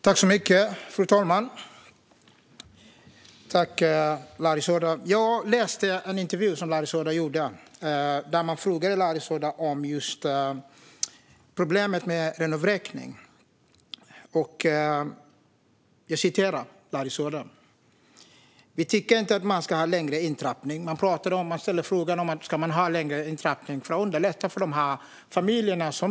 Fru talman! Jag läste en intervju med Larry Söder. Han fick frågan om intrappningen ska vara längre för att undvika renovräkningar.